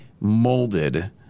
molded